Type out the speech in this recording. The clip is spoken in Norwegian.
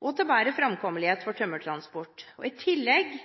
og til bedre framkommelighet for tømmertransport. I tillegg